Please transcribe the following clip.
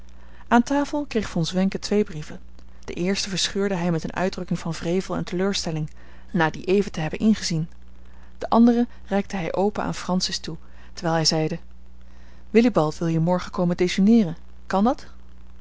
aan tafel kreeg von zwenken twee brieven den eersten verscheurde hij met eene uitdrukking van wrevel en teleurstelling na dien even te hebben ingezien den anderen reikte hij open aan francis toe terwijl hij zeide willibald wil hier morgen komen dejeuneeren kan dat